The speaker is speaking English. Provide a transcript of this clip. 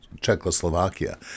Czechoslovakia